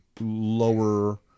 lower